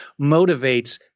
motivates